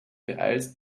beeilst